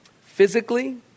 physically